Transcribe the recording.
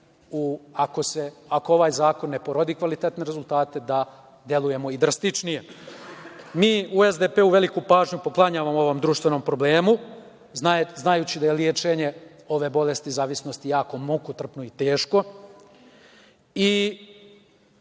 ako ovaj zakon ne porodi kvalitetne rezultate, da delujemo i drastičnije. Mi u SDP-u veliku pažnju poklanjamo ovom društvenom problemu, znajući da je lečenje ove bolesti zavisnosti jako mukotrpno i teško